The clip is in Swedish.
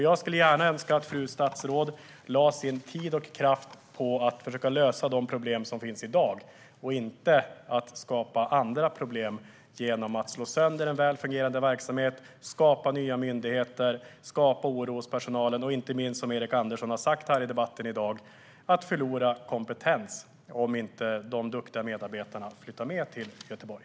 Jag skulle önska att statsrådet lade sin tid och kraft på att försöka lösa de problem som finns i dag och inte på att skapa andra problem genom att slå sönder en väl fungerande verksamhet, skapa nya myndigheter, skapa oro hos personalen och inte minst, som Erik Andersson har sagt i debatten i dag, förlora kompetens om de duktiga medarbetarna inte flyttar med till Göteborg.